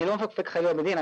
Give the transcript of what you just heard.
אני לא מפקפק חלילה בדינה,